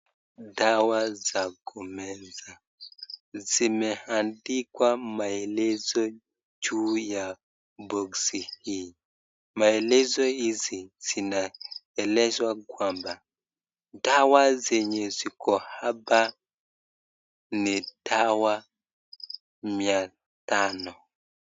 Dawa za kumeza. Zimeandikwa maelezo juu ya box hii. Maelezo hizi zinaeleza kwamba, dawa zenye ziko hapa ni dawa mia tano.